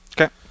Okay